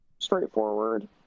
straightforward